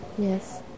Yes